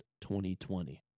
2020